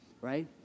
right